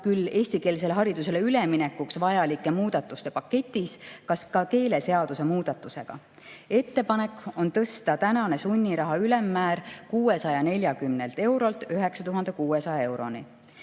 tulla eestikeelsele haridusele üleminekuks vajalike muudatuste paketis ka keeleseaduse muudatusega. Ettepanek on tõsta sunniraha ülemmäär 640 eurolt 9600 euroni.